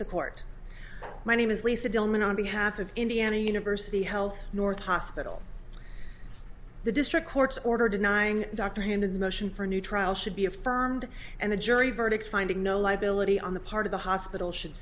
the court my name is lisa tillman on behalf of indiana university health north hospital the district court's order denying doctor in his motion for a new trial should be affirmed and the jury verdict finding no liability on the part of the hospital should